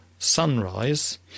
Sunrise